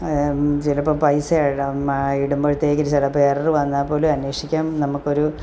അത് ചിലപ്പോൾ പൈസ ഇടും ഇടുമ്പോഴത്തേക്കും ചിലപ്പോൾ എന്തു വന്നാൽപ്പോലും അന്വേഷിക്കാൻ നമ്മുക്കൊരു